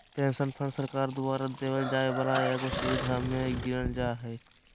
pension fund सरकार द्वारा देवल जाय वाला एगो सुविधा मे गीनल जा हय